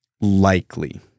likely